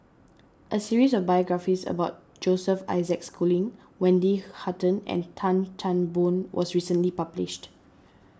a series of biographies about Joseph Isaac Schooling Wendy Hutton and Tan Chan Boon was recently published